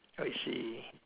I see